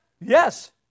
Yes